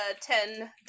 ten